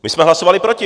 My jsme hlasovali proti.